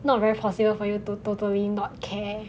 not very possible for you to totally not care